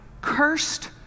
cursed